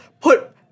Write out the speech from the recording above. put